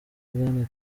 bwana